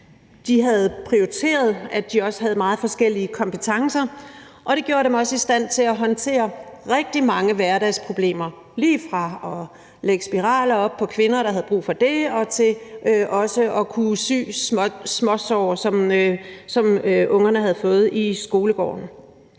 De havde prioriteret, at de også havde meget forskellige kompetencer, og det gjorde dem også i stand til at håndtere rigtig mange hverdagsproblemer lige fra at lægge spiraler op hos kvinder, der havde brug for det, til også at kunne sy småsår, som ungerne havde fået i skolegården.